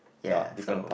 ya so